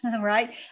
right